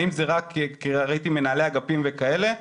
ראיתי מנהלי אגפים וכאלה.